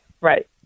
Right